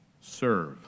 serve